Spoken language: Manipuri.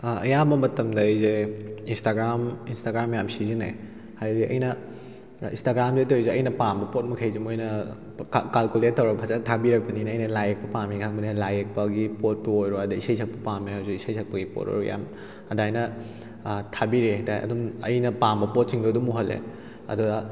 ꯑꯌꯥꯝꯕ ꯃꯇꯝꯗ ꯑꯩꯁꯦ ꯏꯟꯁꯇꯥꯒ꯭ꯔꯥꯝ ꯏꯟꯁꯇꯥꯒ꯭ꯔꯥꯝ ꯌꯥꯝ ꯁꯤꯖꯤꯟꯅꯩ ꯍꯥꯏꯕꯗꯤ ꯑꯩꯅ ꯏꯟꯁꯇꯥꯒ꯭ꯔꯥꯝꯁꯤꯗ ꯇꯧꯔꯤꯁꯦ ꯑꯩꯅ ꯄꯥꯝꯕ ꯄꯣꯠ ꯃꯈꯩꯁꯦ ꯃꯣꯏꯅ ꯀꯥꯜꯀꯨꯂꯦꯠ ꯇꯧꯔꯒ ꯐꯖꯅ ꯊꯥꯕꯤꯔꯛꯄꯅꯤꯅ ꯑꯩꯅ ꯂꯥꯏ ꯌꯦꯛꯄ ꯄꯥꯝꯃꯤ ꯈꯪꯕꯅꯤꯅ ꯂꯥꯏ ꯌꯦꯛꯄꯒꯤ ꯄꯣꯠꯄꯨ ꯑꯣꯏꯔꯣ ꯑꯗꯩ ꯏꯁꯩ ꯁꯛꯄ ꯄꯥꯝꯃꯤ ꯍꯥꯏꯔꯁꯨ ꯏꯁꯩ ꯁꯛꯄꯒꯤ ꯄꯣꯠ ꯑꯣꯏꯔꯣ ꯌꯥꯝ ꯑꯗꯨꯃꯥꯏꯅ ꯊꯥꯕꯤꯔꯛꯑꯦ ꯍꯥꯏꯇꯥꯔꯦ ꯑꯗꯨꯝ ꯑꯩꯅ ꯄꯥꯝꯕ ꯄꯣꯠꯁꯤꯡꯗꯣ ꯑꯗꯨꯝ ꯎꯍꯜꯂꯦ ꯑꯗꯨꯗ